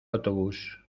autobús